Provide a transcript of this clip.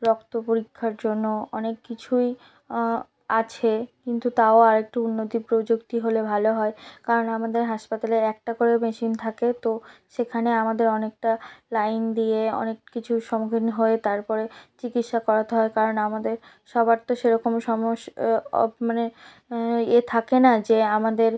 রক্ত পরীক্ষার জন্য অনেক কিছুই আছে কিন্তু তাও আর একটু উন্নত প্রযুক্তি হলে ভালো হয় কারণ আমাদের হাসপাতালে একটা করে মেশিন থাকে তো সেখানে আমাদের অনেকটা লাইন দিয়ে অনেক কিছু সম্মুখীন হয়ে তারপরে চিকিৎসা করাতে হয় কারণ আমাদের সবার তো সেরকম সমস্ মানে এ থাকে না যে আমাদের